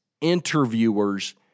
interviewers